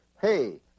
hey